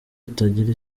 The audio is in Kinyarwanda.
atagira